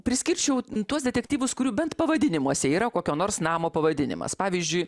priskirčiau tuos detektyvus kurių bent pavadinimuose yra kokio nors namo pavadinimas pavyzdžiui